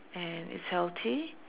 and is healthy